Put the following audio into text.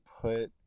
put